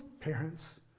parents